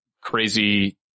crazy